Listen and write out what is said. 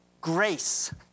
grace